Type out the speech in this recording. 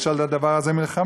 יש על הדבר הזה מלחמה.